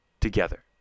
together